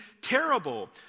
terrible